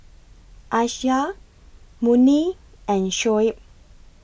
Aisyah Murni and Shoaib